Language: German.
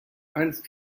einst